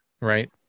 right